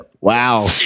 wow